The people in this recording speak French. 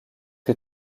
que